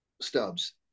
stubs